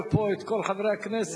מכיוון שהוא מעורר פה את כל חברי הכנסת,